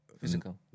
physical